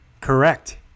correct